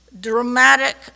dramatic